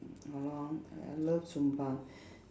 ya lor I I love zumba